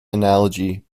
analogy